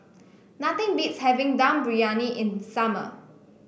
nothing beats having Dum Briyani in summer